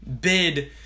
bid